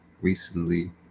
recently